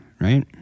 Right